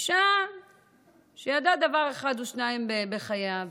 אישה שידעה דבר אחד או שניים בחייה,